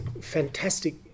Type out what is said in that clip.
fantastic